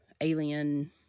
alien